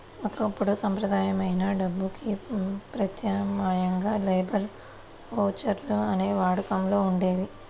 ఒకప్పుడు సంప్రదాయమైన డబ్బుకి ప్రత్యామ్నాయంగా లేబర్ ఓచర్లు అనేవి వాడుకలో ఉండేయి